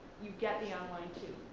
you get the online too,